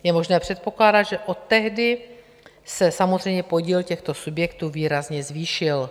Je možné předpokládat, že od tehdy se samozřejmě podíl těchto subjektů výrazně zvýšil.